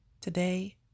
Today